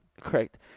Correct